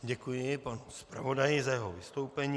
Děkuji panu zpravodaji za jeho vystoupení.